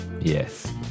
Yes